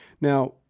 Now